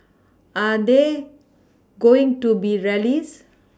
are they going to be rallies